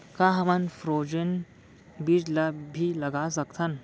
का हमन फ्रोजेन बीज ला भी लगा सकथन?